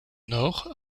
nord